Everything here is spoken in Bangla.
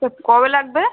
তা কবে লাগবে